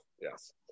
Yes